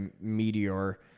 meteor